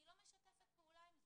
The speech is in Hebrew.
אני לא משתפת פעולה עם זה.